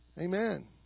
Amen